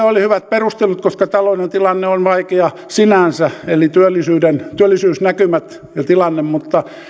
oli hyvät perustelut koska taloudellinen tilanne on vaikea sinänsä eli työllisyysnäkymät ja tilanne mutta